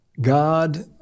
God